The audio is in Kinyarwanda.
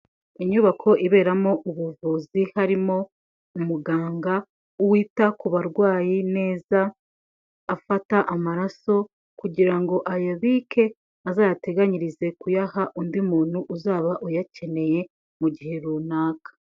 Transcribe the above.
Inyubako iberamo ubuvuzi harimo umuganga wita ku barwayi neza afata amaraso kugira ngo ayabike azayateganyirize kuyaha undi muntu uzaba uyakeneye mu gihe runaka.